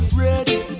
ready